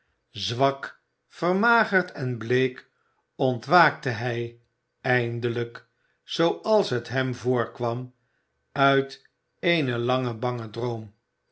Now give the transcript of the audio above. zwak vermagerd en bleek ontwaakte hij eindelijk zooals het hem voorkwam uit een langen bangen droom